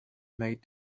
made